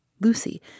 Lucy